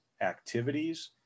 activities